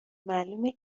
معلومه